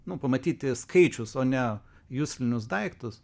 nu pamatyti skaičius o ne juslinius daiktus